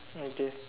okay